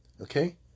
Okay